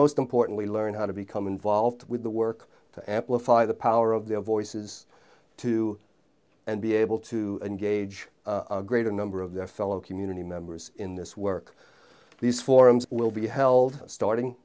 most importantly learn how to become involved with the work to amplify the power of the voices to be able to engage a greater number of their fellow community members in this work these forums will be held starting